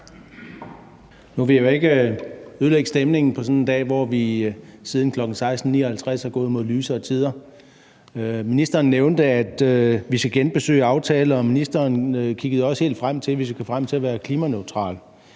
Nu vil jeg ikke ødelægge stemningen på sådan en dag, hvor vi siden kl. 16.59 er gået mod lysere tider. Ministeren nævnte, at vi skal genbesøge aftaler, og ministeren kiggede også helt frem til, at vi skulle være klimaneutrale.